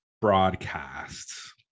broadcasts